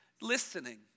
listening